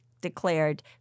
declared